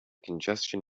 congestion